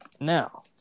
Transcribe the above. now